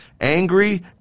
Angry